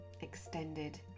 extended